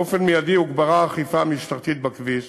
באופן מיידי הוגברה האכיפה המשטרתית בכביש